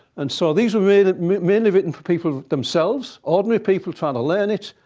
and so these were mainly written for people themselves, ordinary people trying to learn it.